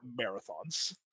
marathons